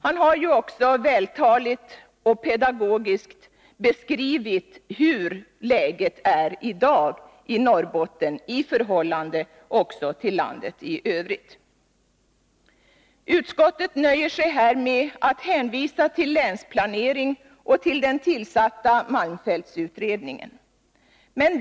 Han har också vältaligt och pedagogiskt beskrivit hur läget är i dag i Norrbotten i förhållande till landet i övrigt. Utskottet nöjer sig här med att hänvisa till länsplanering och till den tillsatta malmfältsutredningen.